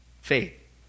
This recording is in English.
faith